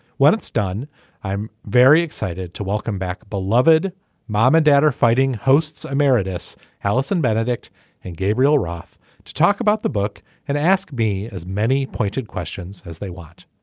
when it's done i'm very excited to welcome back beloved mom and dad are fighting hosts emeritus alison benedict and gabriel roth to talk about the book and ask me as many pointed questions as they watch.